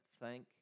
Thank